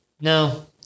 No